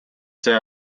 see